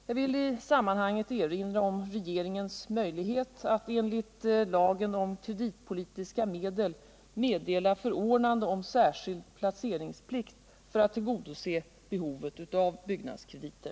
Jag vill i sammanhanget erinra om regeringens möjlighet att enligt lagen om kreditpolitiska medel meddela förordnande om särskild placeringsplikt för att tillgodose behovet av byggnadskrediter.